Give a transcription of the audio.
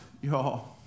y'all